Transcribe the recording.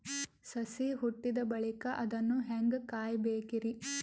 ಸಸಿ ಹುಟ್ಟಿದ ಬಳಿಕ ಅದನ್ನು ಹೇಂಗ ಕಾಯಬೇಕಿರಿ?